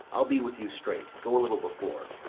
i'll be with you straight. go a little before.